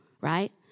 right